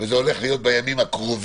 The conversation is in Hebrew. ושזה הולך להיות בימים הקרובים.